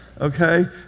okay